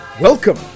welcome